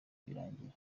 birangira